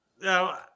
Now